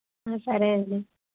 సరే అండి